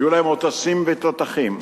היו להם מטוסים ותותחים,